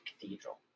cathedral